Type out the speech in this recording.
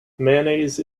mayonnaise